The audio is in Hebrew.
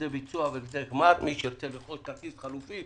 מי שירכוש כרטיס חלופי